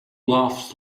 laughs